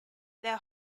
their